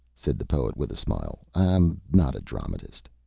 said the poet, with a smile i'm not a dramatist.